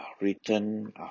written